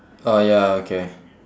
uh ya okay